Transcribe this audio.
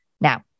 Now-